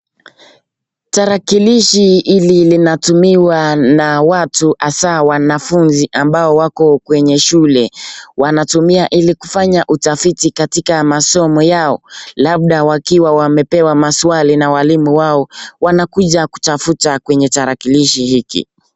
Tarakilishi hili linatumiwa na watu hasa wanafunzi ambao wako kwenye shule wanatumia ili kufanya utafiti katika masomo yao labda wakiwa wamepewa maswali na walimu wao wanakuja kutafuta kwenye tarakilishi hiki.